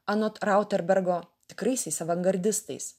anot rauterbergo tikraisiais avangardistais